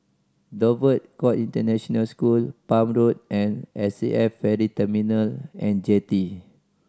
Dover Court International School Palm Road and S A F Ferry Terminal And Jetty